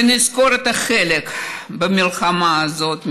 ונזכור את החלק במלחמה הזאת,